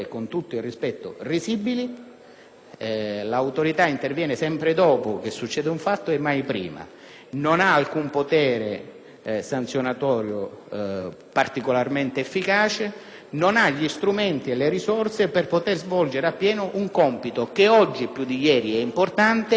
L'Autorità interviene sempre dopo che un fatto è accaduto, mai prima; non ha alcun potere sanzionatorio particolarmente efficace, non ha gli strumenti e le risorse per svolgere a pieno un compito che oggi più di ieri è importante. Ogni qualvolta si parlerà